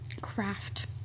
Craft